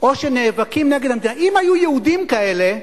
או שנאבקים נגד המדינה, אם היו יהודים כאלה,